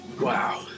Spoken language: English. wow